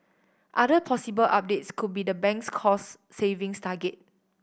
other possible updates could be the bank's cost savings target